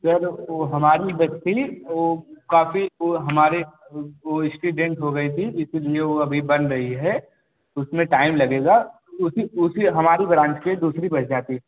sir वह हमारी bus थी वह काफी वह हमारे वह एक्सीडेन्ट हो गई थी इसीलिए वह अभी बन रही है उसमें टाइम लगेगा उसी उसी हमारी ब्रान्च की दूसरी बस जाती